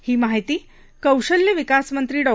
ही माहिती कौशल्य विकास मंत्री डॉ